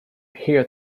here